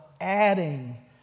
adding